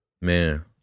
Man